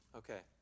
okay